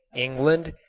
england,